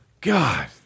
God